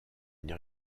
une